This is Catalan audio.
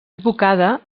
advocada